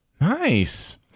nice